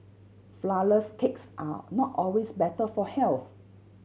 flourless cakes are not always better for health